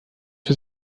für